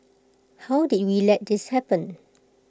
how did we let this happen